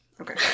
Okay